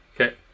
Okay